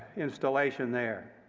installation there.